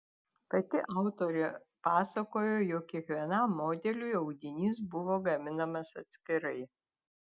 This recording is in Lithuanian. pati autorė pasakojo jog kiekvienam modeliui audinys buvo gaminamas atskirai